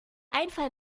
einfall